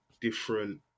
different